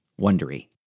Wondery